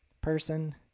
person